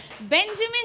Benjamin